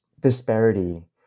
disparity